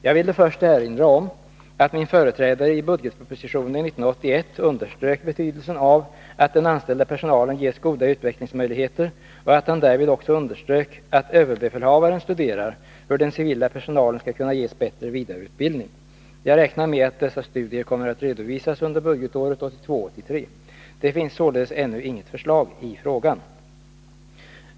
Jag vill då först erinra om att min företrädare i budgetpropositionen 1981 underströk betydelsen av att den anställda personalen ges goda utvecklingsmöjligheter och att han därvid också underströk att överbefälhavaren studerar hur den civila personalen skall kunna ges bättre vidareutbildning. Jag räknar med att dessa studier kommer att redovisas under budgetåret 1982/83. Det finns således ännu inget förslag i frågan.